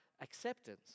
acceptance